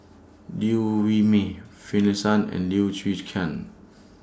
Liew Wee Mee Finlayson and Lim Chwee Chian